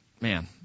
Man